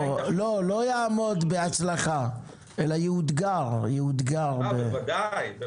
לא במשמעות של יעמוד בבג"צ אלא יאותגר בבג"צ.